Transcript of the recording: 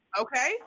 Okay